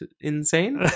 insane